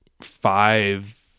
Five